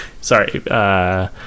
Sorry